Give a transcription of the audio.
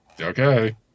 Okay